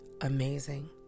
amazing